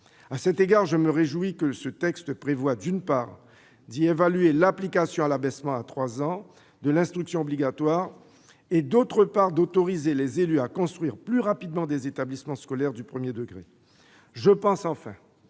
À cet égard, je me réjouis que ce texte prévoie, d'une part, d'y analyser les effets de l'application de l'abaissement à 3 ans de l'instruction obligatoire, et, d'autre part, d'autoriser les élus à construire plus rapidement des établissements scolaires du premier degré. Je pense, enfin,